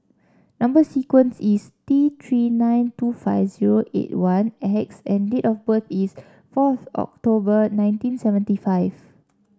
number sequence is T Three nine two five zero eight one X and date of birth is four October nineteen seventy five